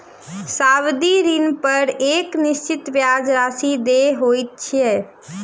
सावधि ऋणपर एक निश्चित ब्याज राशि देय होइत छै